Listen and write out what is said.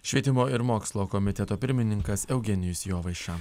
švietimo ir mokslo komiteto pirmininkas eugenijus jovaiša